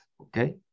okay